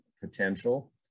potential